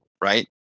Right